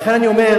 ולכן אני אומר,